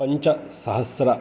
पञ्चसहस्रम्